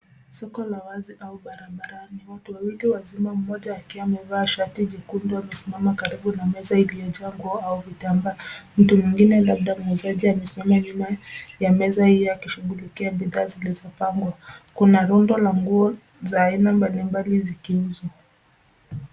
Soko la wazi au barabara. Ni watu wawili wazima, mmoja akiwa amevaa shati jekundu amesimama karibu na meza iliyojaa nguo au vitambaa. Mtu mwingine labda mwenzake amesimama nyuma ya meza hiyo akishughulikia bidhaa zilizopangwa. Kuna rundo la nguo za aina mbali mbali zikiuzwa.